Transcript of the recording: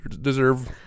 deserve